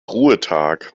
ruhetag